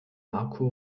marco